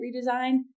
redesign